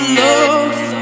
love